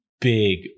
big